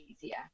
easier